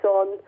on